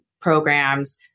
programs